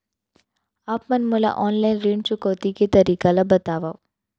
आप मन मोला ऑनलाइन ऋण चुकौती के तरीका ल बतावव?